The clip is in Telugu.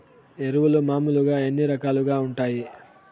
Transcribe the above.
ఎరువులు మామూలుగా ఎన్ని రకాలుగా వుంటాయి?